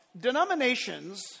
Denominations